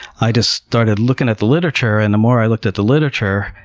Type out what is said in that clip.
i just started looking at the literature and the more i looked at the literature,